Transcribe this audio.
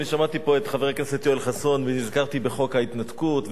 שמעתי פה את חבר הכנסת יואל חסון ונזכרתי בחוק ההתנתקות,